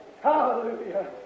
Hallelujah